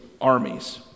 armies